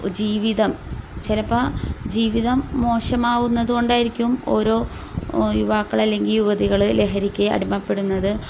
ജീവിതം ചിലപ്പോൾ ആ ജീവിതം മോശമാവുന്നതുകൊണ്ടായിരിക്കും ഓരോ യുവാക്കളെ അല്ലെങ്കിൽ യുവതികൾ ലഹരിക്ക് അടിമപ്പെടുന്നത്